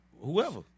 Whoever